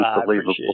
Unbelievable